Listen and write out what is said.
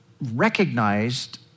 recognized